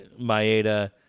Maeda